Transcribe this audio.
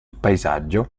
paesaggio